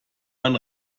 man